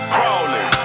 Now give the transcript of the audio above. Crawling